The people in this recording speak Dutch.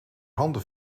handen